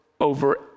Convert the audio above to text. over